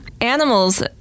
Animals